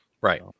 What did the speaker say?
Right